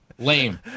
Lame